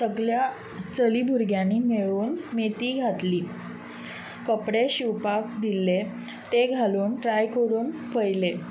सगल्या चली भुरग्यांनी मेळून मेथी घातली कपडे शिंवपाक दिल्ले ते घालून ट्राय करून पळयले